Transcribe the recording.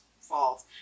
fault